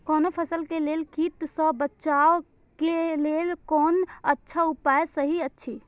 कोनो फसल के लेल कीट सँ बचाव के लेल कोन अच्छा उपाय सहि अछि?